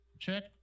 check